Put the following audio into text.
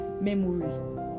memory